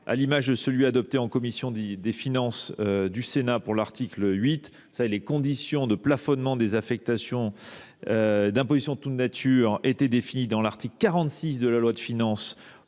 à l’instar de celui que votre commission des finances a déposé sur l’article 8. Les conditions de plafonnement des affectations d’impositions de toutes natures étaient définies à l’article 46 de la loi de finances